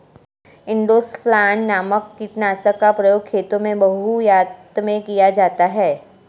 endosulfan नामक कीटनाशक का प्रयोग खेतों में बहुतायत में किया जाता है